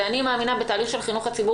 למה צריך להכניס את זה?